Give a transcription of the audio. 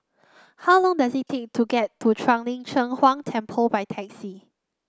how long does it take to get to Shuang Lin Cheng Huang Temple by taxi